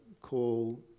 call